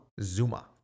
Zuma